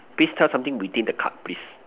please tell something within the card please